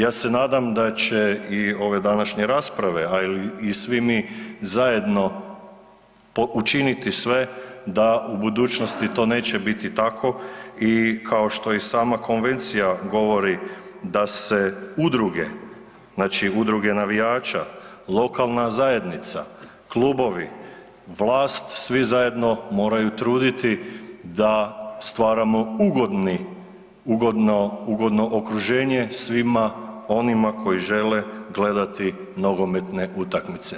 Ja se nadam da će i ove današnje rasprave, a i svi mi zajedno učiniti sve da u budućnosti to neće biti tako i kao što i sama konvencija govori da se udruge, znači udruge navijača, lokalna zajednica, klubovi, vlast, svi zajedno moraju truditi da stvaramo ugodni, ugodno okruženje svima onima koji žele gledati nogometne utakmice.